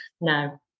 no